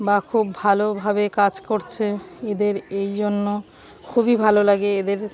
বা খুব ভালোভাবে কাজ করছে এদের এই জন্য খুবই ভালো লাগে এদের